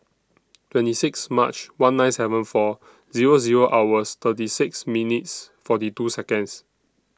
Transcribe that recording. twenty six March one nine seven four Zero Zero hours thirty six minutes forty two Seconds